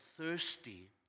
thirsty